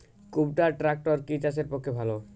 কুবটার ট্রাকটার কি চাষের পক্ষে ভালো?